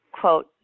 quote